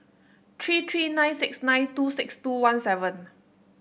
three three nine six nine two six two one seven